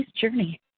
journey